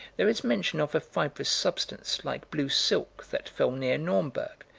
there is mention of a fibrous substance like blue silk that fell near naumberg,